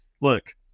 Look